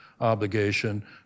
obligation